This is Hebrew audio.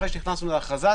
אחרי שנכנסנו להכרזה,